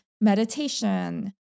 meditation